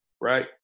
right